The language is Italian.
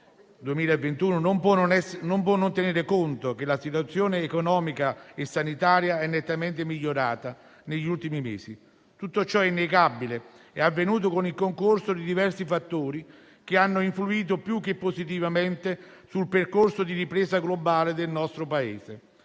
2021 non può non tenere conto che la situazione economica e sanitaria è nettamente migliorata negli ultimi mesi. Tutto ciò è innegabile ed è avvenuto con il concorso di diversi fattori che hanno influito più che positivamente sul percorso di ripresa globale del nostro Paese.